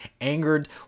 angered